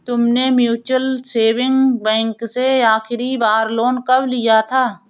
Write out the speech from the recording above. तुमने mutual saving bank से आखरी बार लोन कब लिया था?